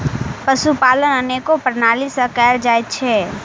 पशुपालन अनेको प्रणाली सॅ कयल जाइत छै